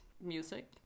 music